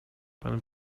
pan